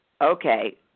okay